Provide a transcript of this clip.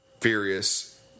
Furious